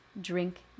drink